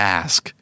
ask